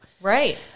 Right